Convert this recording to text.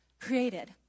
created